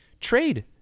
trade